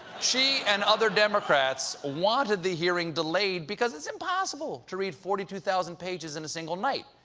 she and other democrats wanted the hearing delayed because it's impossible to read forty two thousand pages in a single night.